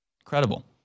Incredible